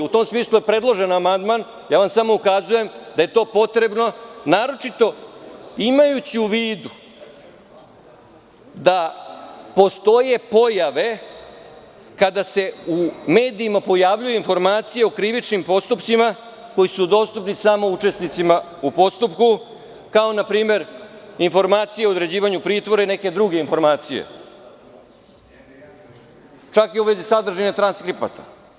U tom smislu, je predložen amandman, ja vam samo ukazujem da je to potrebno, naročito imajući u vidu da postoje pojave kada se u medijima pojavljuje informacija o krivičnim postupcima, koji su dostupni samo učesnicima u postupku, kao na primer informacije o određivanju pritvora i neke druge informacije, čak i u vezi sadržine trans skripata.